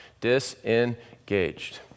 disengaged